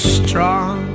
strong